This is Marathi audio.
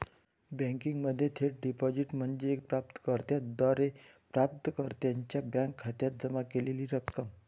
बँकिंगमध्ये थेट डिपॉझिट म्हणजे प्राप्त कर्त्याद्वारे प्राप्तकर्त्याच्या बँक खात्यात जमा केलेली रक्कम